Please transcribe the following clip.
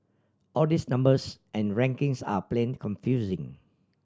all these numbers and rankings are plain confusing